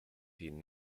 been